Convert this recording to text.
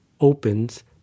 opens